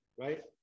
right